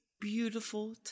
beautiful